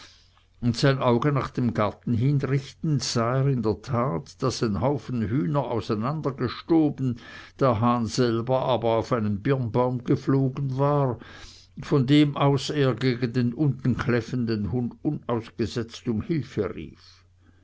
und sein auge nach dem garten hin richtend sah er in der tat daß ein haufen hühner auseinandergestoben der hahn aber auf einen birnbaum geflogen war von dem aus er gegen den unten kläffenden hund unausgesetzt um hilfe rief